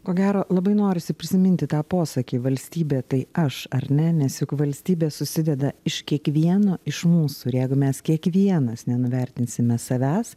ko gero labai norisi prisiminti tą posakį valstybė tai aš ar ne nes juk valstybė susideda iš kiekvieno iš mūsų ir jeigu mes kiekvienas nenuvertinsime savęs